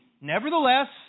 Nevertheless